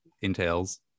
entails